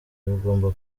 bigomba